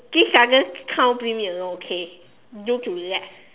please doesn't come bring me along okay do to relax